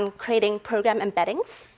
and creating program embeddings.